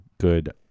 good